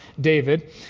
David